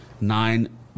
nine